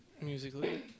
musically